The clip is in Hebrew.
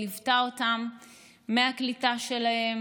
היא ליוותה אותם מהקליטה שלהם.